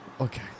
Okay